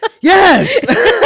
yes